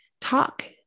talk